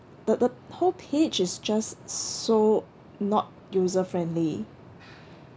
the the whole page is just so not user friendly